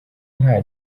nta